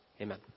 Amen